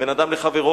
בין אדם לחברו,